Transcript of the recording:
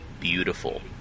beautiful